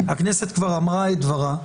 הכנסת כבר אמרה את דברה,